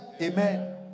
Amen